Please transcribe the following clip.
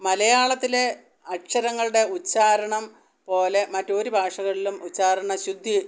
മലയാളത്തിലെ അക്ഷരങ്ങളുടെ ഉച്ചാരണം പോലെ മറ്റൊരു ഭാഷകളിലും ഉച്ചാരണ ശുദ്ധി